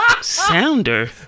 Sounder